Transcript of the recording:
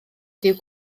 ydyw